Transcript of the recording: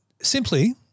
simply